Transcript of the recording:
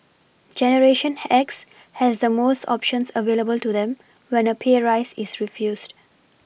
generation X has the most options available to them when a pay rise is refused